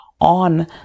on